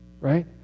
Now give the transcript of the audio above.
Right